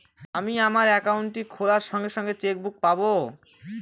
আমি আমার একাউন্টটি খোলার সঙ্গে সঙ্গে চেক বুক পাবো?